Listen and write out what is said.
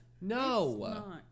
No